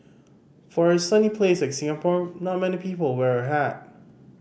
for a sunny place like Singapore not many people wear a hat